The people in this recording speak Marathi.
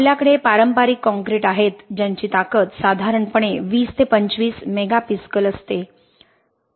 आपल्याकडे पारंपारिक कॉंक्रीट आहेत ज्यांची ताकद साधारणपणे 20 25 मेगा पास्कल असते